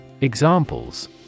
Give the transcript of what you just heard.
Examples